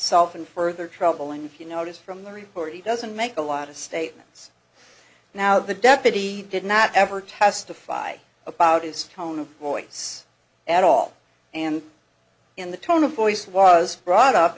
self and further troubling if you notice from the report he doesn't make a lot of statements now the deputy did not ever testify about its tone of voice at all and in the tone of voice was brought up